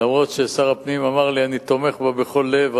אף-על-פי ששר הפנים אמר לי: אני תומך בה בכל לב,